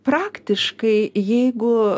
praktiškai jeigu